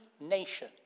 nation